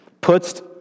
puts